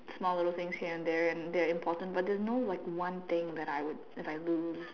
small little things here and there and they're important but there are no like one thing that I would I'll lose